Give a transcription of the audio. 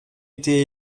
été